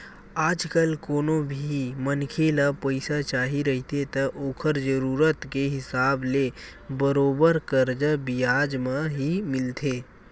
आजकल कोनो भी मनखे ल पइसा चाही रहिथे त ओखर जरुरत के हिसाब ले बरोबर करजा बियाज म ही मिलथे